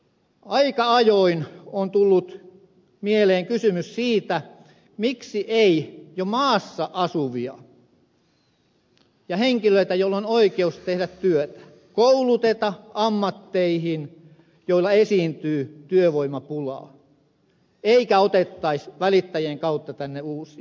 aika ajoin on tullut mieleen kysymys siitä miksi ei jo maassa asuvia ja henkilöitä joilla on oikeus tehdä työtä kouluteta ammatteihin joissa esiintyy työvoimapulaa eikä otettaisi välittäjien kautta tänne uusia